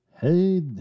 Hey